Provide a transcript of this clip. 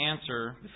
answer